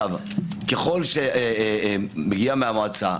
ככל שהיא מגיעה מהמועצה,